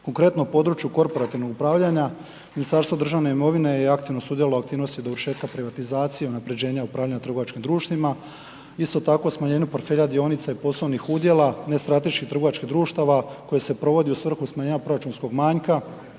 Konkretno u području korporativnog upravljanja, Ministarstvo državne imovine je aktivno sudjelovalo u aktivnosti dovršetka privatizacije i unapređenja upravljanja trgovačkim društvima. Isto tako smanjenju portfelja dionice poslovnih udjela, nestrateških trgovačkih društava koje se provodi u svrhu smanjenja proračunskog manjka,